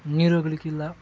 ನೀರು ಹೋಗಲಿಕ್ಕಿಲ್ಲ